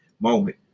moment